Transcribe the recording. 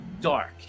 dark